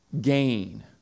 gain